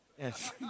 Yes